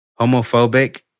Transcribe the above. homophobic